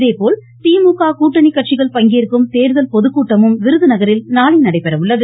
இதேபோல் திமுக கூட்டணி கட்சிகள் பங்கேற்கும் தேர்தல் பொதுக் கூட்டமும் விருதுநகரில் நாளை நடைபெறுகிறது